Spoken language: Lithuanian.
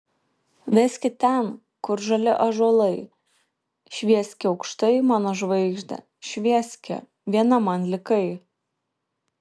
veski ten kur žali ąžuolai švieski aukštai mano žvaigžde švieski viena man likai